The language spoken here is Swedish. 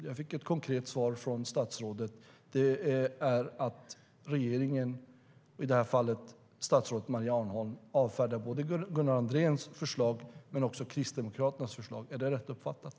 Jag fick ett konkret svar från statsrådet - att regeringen, i det här fallet statsrådet Maria Arnholm, avfärdar både Gunnar Andréns förslag och Kristdemokraternas förslag. Är det rätt uppfattat?